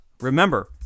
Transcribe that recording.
remember